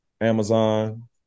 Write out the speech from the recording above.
Amazon